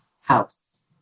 house